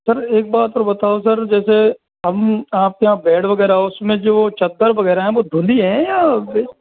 sir एक बात और बताओ सर जैसे हम आपके यहाँ बेड वगैरह उसमें जो चद्दर वगैरह हैं वो धुली हैं या फिर